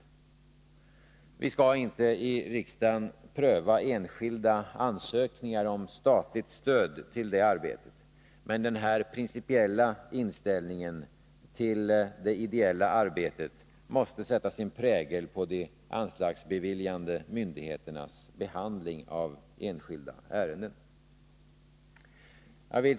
Vi skall inte i riksdagen pröva enskilda ansökningar om statligt stöd för det arbetet, men den här principiella inställningen till det ideella arbetet måste sätta sin prägel på de anslagsbeviljande myndigheternas behandling av enskilda ärenden. Herr talman!